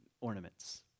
ornaments